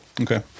Okay